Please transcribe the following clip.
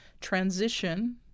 transition